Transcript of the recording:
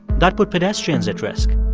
that put pedestrians at risk.